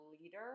leader